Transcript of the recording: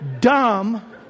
dumb